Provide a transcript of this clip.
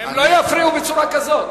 הם לא יפריעו בצורה כזאת.